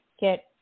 get